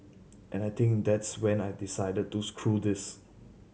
and I think that's when I decided to screw this